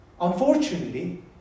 unfortunately